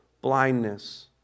blindness